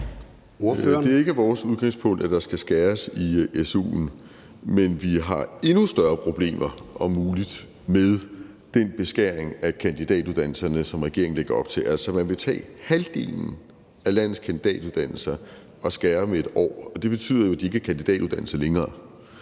Det er ikke vores udgangspunkt, at der skal skæres i su'en, men vi har om muligt endnu større problemer med den beskæring af kandidatuddannelserne, som regeringen lægger op til. Man vil tage halvdelen af landets kandidatuddannelser og skære med 1 år, og det betyder jo, at det ikke er kandidatuddannelser længere,